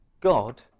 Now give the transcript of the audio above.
God